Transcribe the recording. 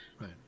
Right